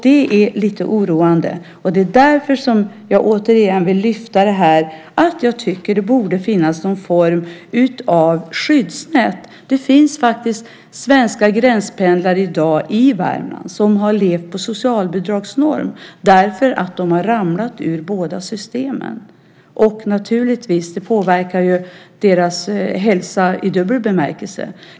Det är lite oroande. Jag vill därför återigen lyfta fram att det borde finnas någon form av skyddsnät. I Värmland finns i dag svenska gränspendlare som levt på socialbidrag för att de ramlat ur båda systemen. Detta påverkar deras hälsa i dubbel bemärkelse.